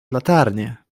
latarnię